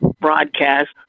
broadcast